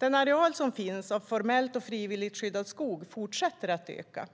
Arealen av formellt och frivilligt skyddad skog fortsätter att öka.